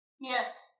Yes